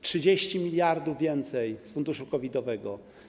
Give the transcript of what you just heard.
30 mld zł więcej z funduszu COVID-owego.